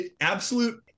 Absolute